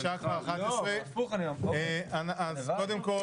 השעה כבר 11:00. אז קודם כל